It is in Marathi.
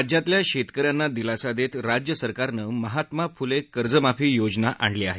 राज्यातल्या शेतक यांना दिलासा देत राज्य सरकारनं महात्मा जोतीराव फुले कर्जमुक्ती योजना आणली आहे